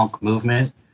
movement